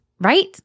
right